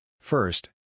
First